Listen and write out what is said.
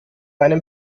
einem